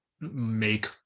make